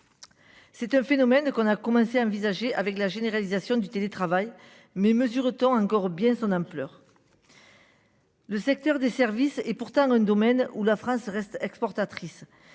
C'est un phénomène qu'on a commencé à envisager avec la généralisation du télétravail mais mesure-t-on encore bien son ampleur. Le secteur des services et pourtant un domaine où la France reste exportatrice.